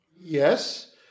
Yes